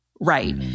right